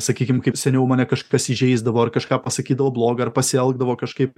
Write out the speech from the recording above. sakykim kaip seniau mane kažkas įžeisdavo ar kažką pasakydavo bloga ar pasielgdavo kažkaip